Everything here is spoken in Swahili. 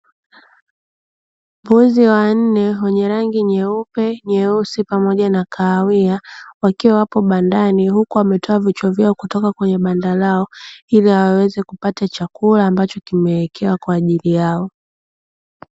Mbuzi wanne wenye rangi nyeupe, nyeusi pamoja na kahawia wakiwa wapo bandani; huku wametoaa vichwa vyao nje kutoka kwenye banda lao, ili waweze kula chakula walichowekewa kwa ajili yao.